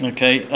Okay